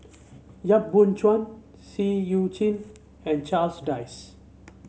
Yap Boon Chuan Seah Eu Chin and Charles Dyce